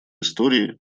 истории